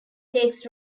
takes